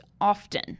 often